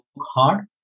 hard